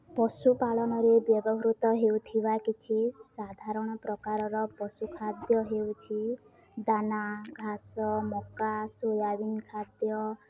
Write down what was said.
ପଶୁପାଳନରେ ବ୍ୟବହୃତ ହେଉଥିବା କିଛି ସାଧାରଣ ପ୍ରକାରର ପଶୁ ଖାଦ୍ୟ ହେଉଛି ଦାନା ଘାସ ମକା ସୋୟାବିନ ଖାଦ୍ୟ